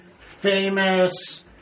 famous